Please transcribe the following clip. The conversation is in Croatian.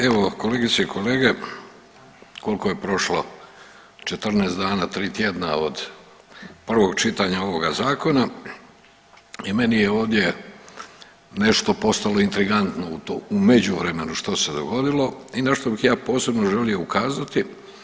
Evo kolegice i kolege koliko je prošlo 14 dana, 3 tjedna od prvog čitanja ovoga zakona i meni je ovdje nešto postalo intrigantno u međuvremenu što se dogodilo i na što bih ja posebno želio ukazati.